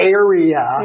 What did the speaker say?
area